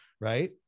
right